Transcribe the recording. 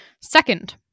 second